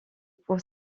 pour